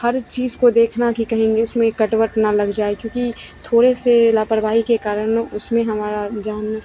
हर चीज़ को देखना कि कहीं उसमें कट वट न लग जाए क्योंकि थोड़ी सी लापरवाही के कारण उसमें हमारी जान